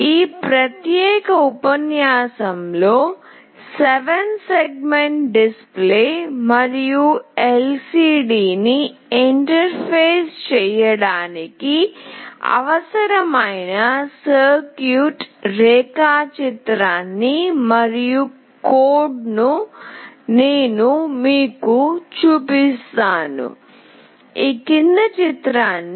ఈ ప్రత్యేక ఉపన్యాసంలో 7 సెగ్మెంట్ డిస్ప్లే మరియు ఎల్సిడిని ఇంటర్ఫేస్ చేయడానికి అవసరమైన సర్క్యూట్ రేఖాచిత్రం మరియు కోడ్ను నేను మీకు చూపిస్తాను